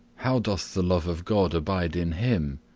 how doth the love of god abide in him?